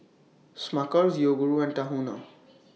Smuckers Yoguru and Tahuna